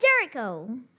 Jericho